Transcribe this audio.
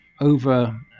over